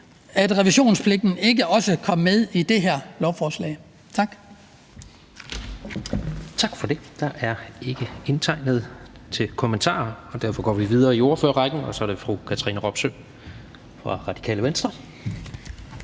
revisionspligten ikke også kom med i det her lovforslag. Tak.